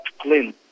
clean